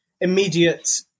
immediate